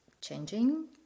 changing